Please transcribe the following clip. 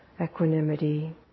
equanimity